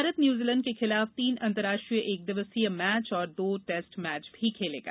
Bharat New Zealand के खिलाफ तीन अंतरराष्ट्रीय एकदिवसीय मैच और दो टेस्ट मैच भी खेलेगा